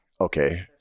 Okay